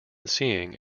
seeing